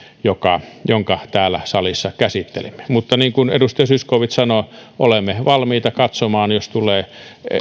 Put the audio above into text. jonka täällä salissa käsittelimme mutta niin kuin edustaja zyskowicz sanoi olemme valmiita katsomaan jos tulee